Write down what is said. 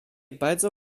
bardzo